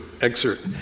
excerpt